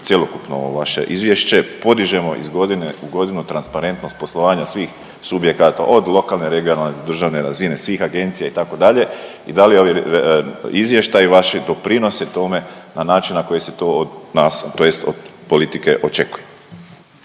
cjelokupno ovo vaše izvješće podižemo iz godine u godinu transparentnost poslovanja svih subjekata, od lokalne, regionalne do državne razine, svih agencija, itd. i da li ovi izvještaji vaši doprinos je tome na način na koji se to nas, tj. od politike očekuje.